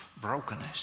brokenness